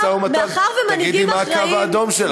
תנהלי משא-ומתן, תגידי מה הקו האדום שלך.